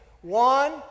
One